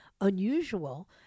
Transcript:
unusual